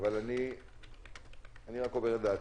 אבל אני רק אומר את דעתי.